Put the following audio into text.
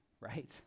right